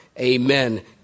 Amen